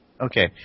Okay